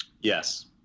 yes